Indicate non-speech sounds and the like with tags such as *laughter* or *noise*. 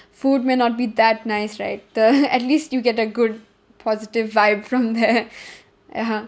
food may not be that nice right the at least you get a good positive vibe from there *laughs* ya